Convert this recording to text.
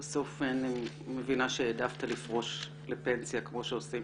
בסוף אני מבינה שהעדפת לפרוש לפנסיה, כמו שעושים